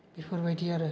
बेफोरबायदि आरो